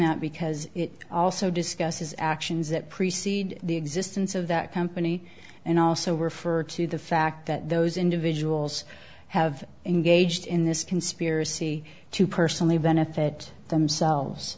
that because it also discusses actions that preceded the existence of that company and also refer to the fact that those individuals have engaged in this conspiracy to personally benefit themselves